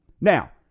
now